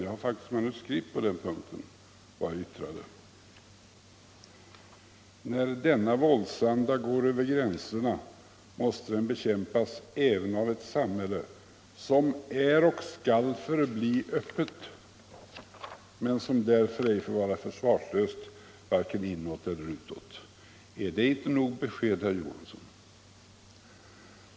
Jag har faktiskt manuskript på den punkten: ”När denna våldsanda går över våra gränser, måste den bekämpas även av ett samhälle som är och skall förbli öppet men som därför ej får vara försvarslöst vare sig utåt eller inåt.” Är det inte nog besked, herr Johansson?